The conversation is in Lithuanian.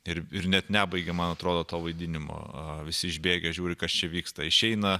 ir ir net nebaigia man atrodo to vaidinimo visi išbėgę žiūri kas čia vyksta išeina